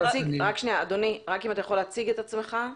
אדוני, אתה יכול להציג את עצמך?